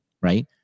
right